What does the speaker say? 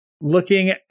Looking